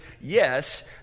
yes